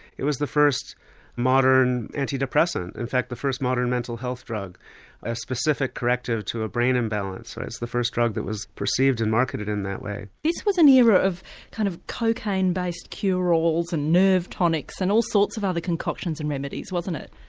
it was the first modern antidepressant. in fact the first modern mental health drug a specific corrective to a brain imbalance, the first drug that was perceived and marketed in that way. this was an era of kind of cocaine based cure-alls and nerve tonics and all sorts of other concoctions and remedies wasn't it?